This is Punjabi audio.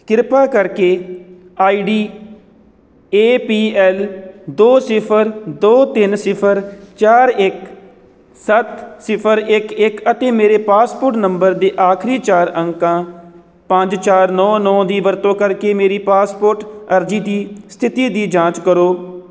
ਕ੍ਰਿਪਾ ਕਰਕੇ I D A P L ਦੋ ਸਿਫ਼ਰ ਦੋ ਤਿੰਨ ਸਿਫ਼ਰ ਚਾਰ ਇੱਕ ਸੱਤ ਸਿਫ਼ਰ ਇੱਕ ਇੱਕ ਅਤੇ ਮੇਰੇ ਪਾਸਪੋਰਟ ਨੰਬਰ ਦੇ ਆਖਰੀ ਚਾਰ ਅੰਕਾਂ ਪੰਜ ਚਾਰ ਨੌਂ ਨੌਂ ਦੀ ਵਰਤੋਂ ਕਰਕੇ ਮੇਰੀ ਪਾਸਪੋਰਟ ਅਰਜ਼ੀ ਦੀ ਸਥਿਤੀ ਦੀ ਜਾਂਚ ਕਰੋ